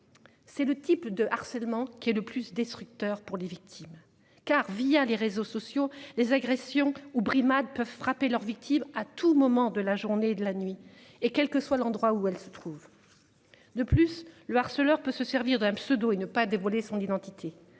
C'est le type de harcèlement qui est le plus destructeur pour les victimes car via les réseaux sociaux, les agressions ou brimades peuvent frapper leur victime à tout moment de la journée de la nuit et quel que soit l'endroit où elle se trouve. De plus le harceleur peut se servir d'un pseudo et ne pas dévoiler son identité.